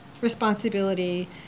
responsibility